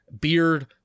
beard